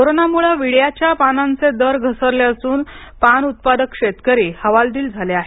कोरोनामुळे विड्याच्या पानाचे दर घसरले असून पान उत्पादक शेतकरी हवालदिल झाले आहेत